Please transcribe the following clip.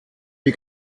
die